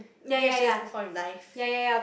maybe I should just move on with life